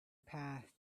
past